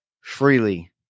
freely